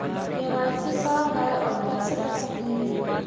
KYC का है, और कैसे कर सकली हे?